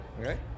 okay